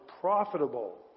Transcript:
profitable